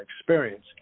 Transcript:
experience